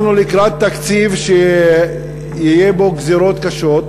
אנחנו לקראת תקציב שיהיו בו גזירות קשות,